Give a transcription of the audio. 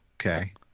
Okay